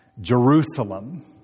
Jerusalem